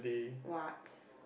what